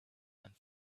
and